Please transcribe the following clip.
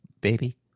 baby